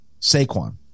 Saquon